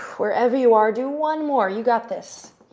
wherever you are, do one more. you got this.